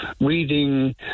reading